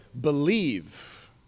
Believe